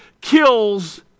kills